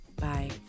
Bye